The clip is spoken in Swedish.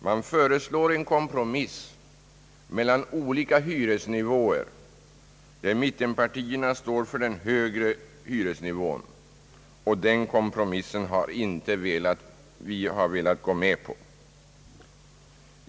Man föreslår en kompromiss mellan olika hyresnivåer, där mittenpartierna står för den högre hyresnivån. Den kompromissen har vi inte velat gå med på.